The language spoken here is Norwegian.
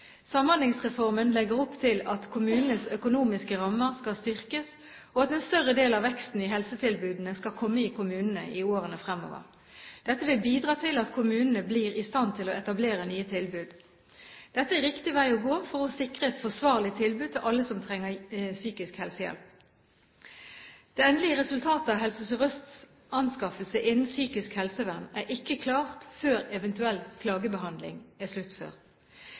Samhandlingsreformen legger opp til at kommunenes økonomiske rammer skal styrkes, og at en større del av veksten i helsetilbudene skal komme i kommunene i årene fremover. Dette vil bidra til at kommunene blir i stand til å etablere nye tilbud. Dette er riktig vei å gå for å sikre et forsvarlig tilbud til alle som trenger psykisk helsehjelp. Det endelige resultatet av Helse Sør-Østs anskaffelse innenfor psykisk helsevern er ikke klart før eventuell klagebehandling er sluttført.